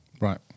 Right